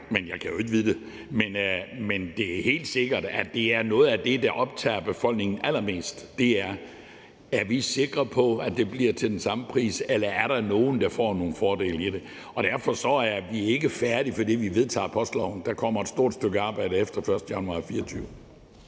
men jeg kan jo ikke vide det. Men det er helt sikkert, at noget af det, der optager befolkningen allermest, er: Er vi sikre på, at det bliver til den samme pris, eller er der nogle, der får nogle fordele i det? Derfor er vi ikke færdige, fordi vi vedtager postloven. Der kommer et stort stykke arbejde efter den 1. januar 2024.